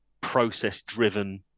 process-driven